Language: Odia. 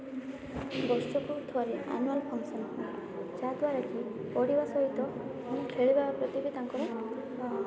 ବର୍ଷକୁ ଥରେ ଆନୁଆଲ୍ ଫଙ୍କସନ୍ ହୁଏ ଯାହା ଦ୍ୱାରା କି ପଢ଼ିବା ସହିତ ବି ଖେଳିବା ପ୍ରତି ବି ତାଙ୍କର